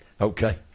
Okay